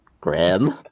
Grim